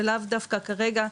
זה לאו דווקא כרגע,